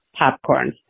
popcorn